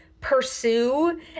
pursue